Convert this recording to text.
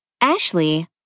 Ashley